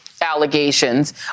allegations